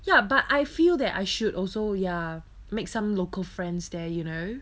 ya but I feel that I should also ya make some local friends there you know